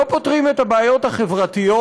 לא פותרים את הבעיות החברתיות.